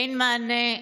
אין מענה,